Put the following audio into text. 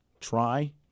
Try